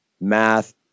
Math